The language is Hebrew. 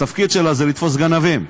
התפקיד שלה זה לתפוס גנבים.